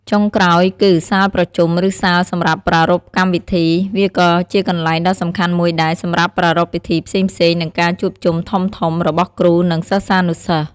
ចុងក្រោយគឺ សាលប្រជុំ ឬសាលសម្រាប់ប្រារព្ធកម្មវិធី វាក៏ជាកន្លែងដ៏សំខាន់មួយដែរ សម្រាប់ប្រារព្ធពិធីផ្សេងៗ និងការជួបជុំធំៗ របស់គ្រូ និងសិស្សានុសិស្ស។